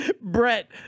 Brett